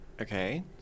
Okay